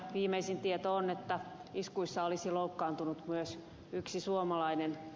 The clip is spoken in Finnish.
viimeisin tieto on että iskuissa olisi loukkaantunut myös yksi suomalainen